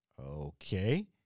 okay